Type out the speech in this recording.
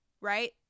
right